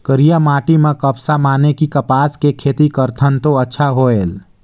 करिया माटी म कपसा माने कि कपास के खेती करथन तो अच्छा होयल?